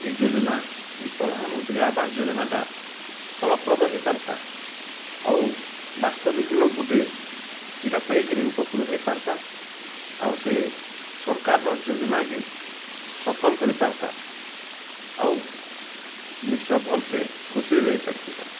ଇ ଯୋଜନା ଇ ପ୍ରଧାନ ମନ୍ତ୍ରୀ ଆବାସ ଯୋଜନା ଟା ଫଲପ୍ରଦ ହେଇ ପାର୍ତା ଆଉ ବାସ୍ତବିକ ଲୋକ ଗୁଟେ ଇଟା ପାଇଁକିରି ଉପକୃତ ହେଇ ପାର୍ତା ଆଉ ସିଏ ସରକାର୍ ର ଯୋଜନା କେ ସଫଲ୍ କରି ପାର୍ତା ଆଉ ନି ସେ ଭଲ୍ ସେ ଖୁସି ରେ ରହି ପାରିଥିତା